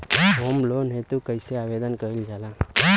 Home loan हेतु कइसे आवेदन कइल जाला?